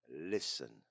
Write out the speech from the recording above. listen